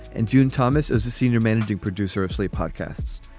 and june thomas is the senior managing producer of slate podcasts.